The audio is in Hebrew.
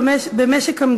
הודעה למזכיר, בבקשה.